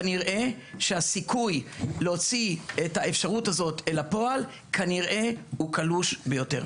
כנראה שהסיכוי להוציא את האפשרות הזאת אל הפועל הוא קלוש ביותר.